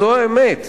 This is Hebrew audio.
זו האמת.